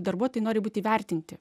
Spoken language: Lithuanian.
darbuotojai nori būt įvertinti